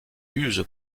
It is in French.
use